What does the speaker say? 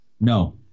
No